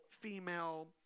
female